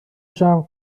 جمع